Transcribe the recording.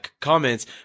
comments